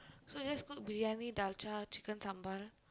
so you just cook Briyani dalcha Chicken sambal